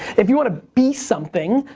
if you wanna be something,